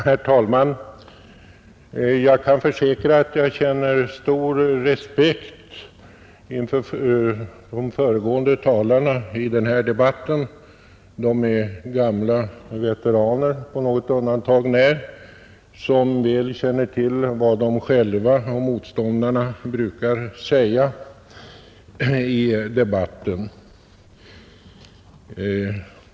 Herr talman! Jag kan försäkra att jag känner stor respekt inför de föregående talarna i denna debatt. De är veteraner, på något undantag när, som väl känner till vad de själva och motståndarna brukar säga i debatten.